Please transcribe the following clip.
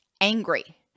angry